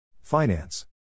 Finance